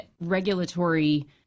regulatory